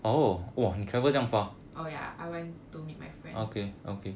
oh ya I went to meet my friend